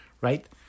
right